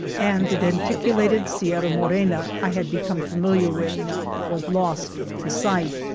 and the denticu lated sierra morena i had become familiar with was lost to sight.